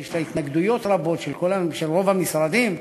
יש לה התנגדויות רבות של רוב המשרדים.